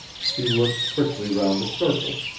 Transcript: she looked quickly round the circle,